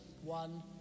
one